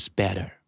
better